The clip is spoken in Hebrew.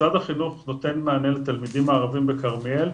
משרד החינוך נותן מענה לתלמידים הערביים בכרמיאל,